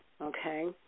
okay